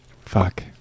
Fuck